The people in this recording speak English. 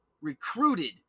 Recruited